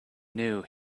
knew